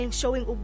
showing